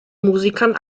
musikern